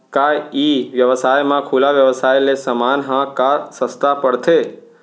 का ई व्यवसाय म खुला व्यवसाय ले समान ह का सस्ता पढ़थे?